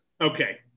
Okay